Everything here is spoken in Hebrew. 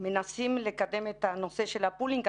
מנסים לקדם את הנושא של הפולינג.